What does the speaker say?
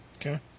Okay